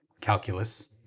calculus